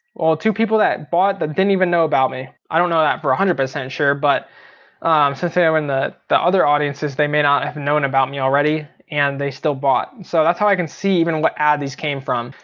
well two people that bought that didn't even know about me. i don't know that for one ah hundred percent sure, but since they're in the the other audiences they may not have known about me already and they still bought. so that's how i can see even what ad these came from.